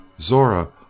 Zora